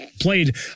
played